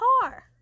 car